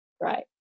right